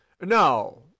no